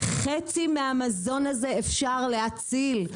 חצי מהמזון הזה אפשר להציל.